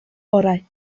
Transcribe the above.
orau